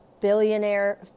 billionaire